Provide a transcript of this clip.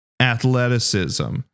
athleticism